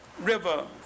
River